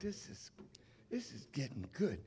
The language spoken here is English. this this is getting a good